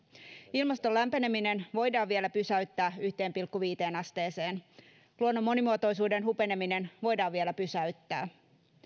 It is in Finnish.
ilmaston lämpeneminen voidaan vielä pysäyttää yhteen pilkku viiteen asteeseen luonnon monimuotoisuuden hupeneminen voidaan vielä pysäyttää